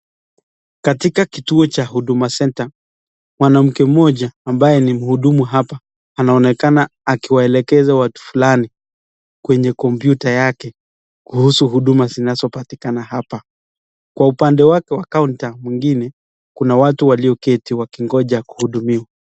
Katika kituo cha Huduma Center mwanamke mmoja ambaye ni mhudumu hapa anaonekana akiwaelekeza watu fulani kwenye kompyuta yake kuhusu huduma zinazopatikana hapa. Kwa upande wake kwa kaunta mwingine kuna watu walioketi wakingoja kuhudumiwa.